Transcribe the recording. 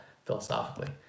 Philosophically